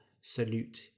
salute